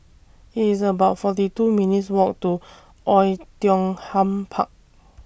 IT IS about forty two minutes' Walk to Oei Tiong Ham Park